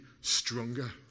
stronger